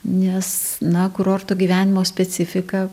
nes na kurorto gyvenimo specifika